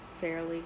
fairly